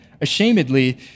ashamedly